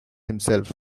himself